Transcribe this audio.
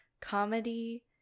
comedy